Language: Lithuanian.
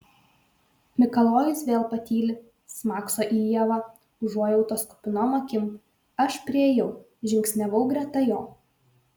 mikalojus vėl patyli smakso į ievą užuojautos kupinom akim aš priėjau žingsniavau greta jo